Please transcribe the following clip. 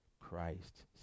Christ